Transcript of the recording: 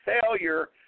failure